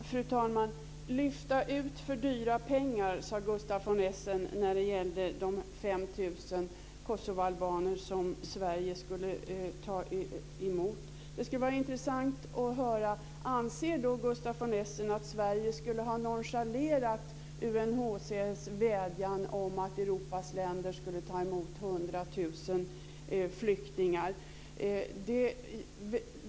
Fru talman! Lyfta ut för dyra pengar, sade Gustaf von Essen när det gällde de 5 000 kosovoalbaner som Sverige skulle ta emot. Det skulle vara intressant att höra om Gustaf von Essen anser att Sverige skulle ha nonchalerat UNHCR:s vädjan om att Europas länder skulle ta emot 100 000 flyktingar.